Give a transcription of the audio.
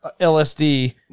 LSD